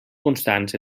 constants